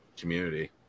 community